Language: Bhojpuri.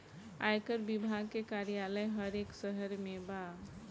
आयकर विभाग के कार्यालय हर एक शहर में बा